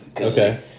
Okay